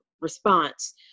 response